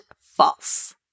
false